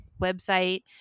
website